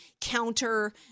counter